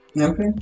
Okay